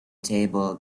table